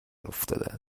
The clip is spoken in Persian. افتاده